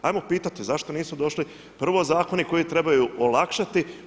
Hajmo pitati zašto nisu došli prvo zakoni koji trebaju olakšati?